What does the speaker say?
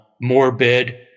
morbid